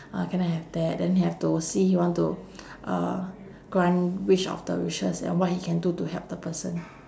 uh can I have that then he have to see he want to uh grant which of the wishes and what he can do to help the person